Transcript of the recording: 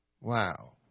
Wow